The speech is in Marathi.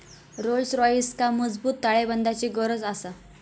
रोल्स रॉइसका मजबूत ताळेबंदाची गरज आसा